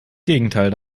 gegenteil